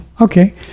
Okay